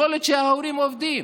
יכול להיות שההורים עובדים,